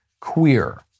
queer